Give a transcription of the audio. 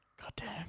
Goddamn